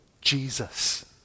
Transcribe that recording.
Jesus